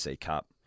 Cup